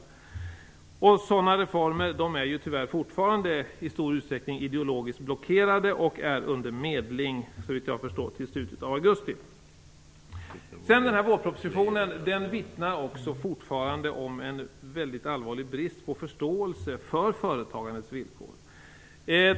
Vad gäller sådana reformer finns det tyvärr fortfarande i stor utsträckning en ideologisk blockering. Så vitt jag förstår pågår en medling till slutet av augusti. Vårpropositionen vittnar fortfarande om en allvarlig brist på förståelse för företagandets villkor.